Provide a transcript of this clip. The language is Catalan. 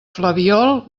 flabiol